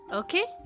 okay